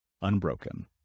unbroken